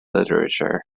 literature